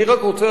אני רק רוצה,